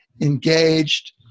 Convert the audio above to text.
engaged